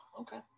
Okay